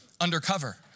undercover